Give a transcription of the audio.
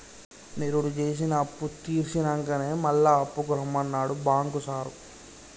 నిరుడు జేసిన అప్పుతీర్సినంకనే మళ్ల అప్పుకు రమ్మన్నడు బాంకు సారు